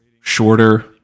shorter